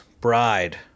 bride